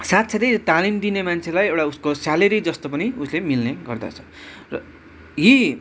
साथसाथै यो तालिम दिने मान्छेलाई एउटा उसको स्यालेरी जस्तो पनि उसले मिल्ने गर्दछ र यी